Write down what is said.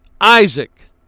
Isaac